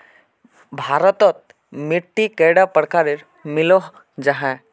भारत तोत मिट्टी कैडा प्रकारेर मिलोहो जाहा?